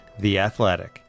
theathletic